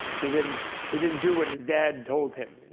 he didn't he didn't do what his dad told him.